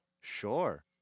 Sure